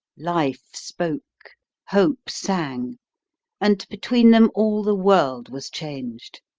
life spoke hope sang and between them all the world was changed.